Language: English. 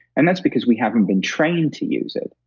and that's because we haven't been trained to use it,